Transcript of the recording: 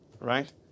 right